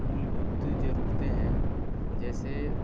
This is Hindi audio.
मूलभूत जरूरते हैं जैसे